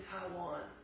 Taiwan